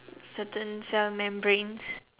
certain cell membranes